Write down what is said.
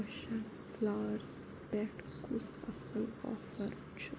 پوشن فٕلاس پٮ۪ٹھ کُس اصٕل آفر چھُ